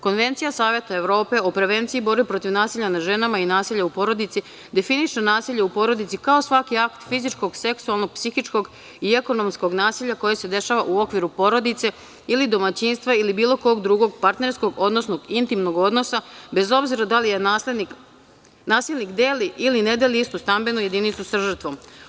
Konvencija Saveta Evrope o prevenciji borbe protiv nasilja nad ženama i nasilja u porodici definiše nasilje u porodici kao svaki akt fizičkog, seksualnog, psihičkog i ekonomskog nasilja koje se dešava u okviru porodice ili domaćinstva ili bilo kog drugog partnerskog, odnosno intimnog odnosa, bez obzira da li nasilnik deli ili ne deli istu stambenu jedinicu sa žrtvom.